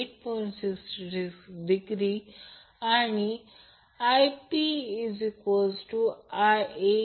तर लाईन इम्पीडन्सने अबसोर्ब केलेली पॉवर म्हणजे ती 3 6